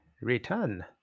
return